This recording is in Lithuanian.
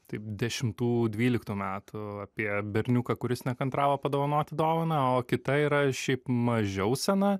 taip dešimtų dvyliktų metų apie berniuką kuris nekantravo padovanoti dovaną o kita yra šiaip mažiau sena